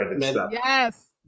Yes